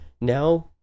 Now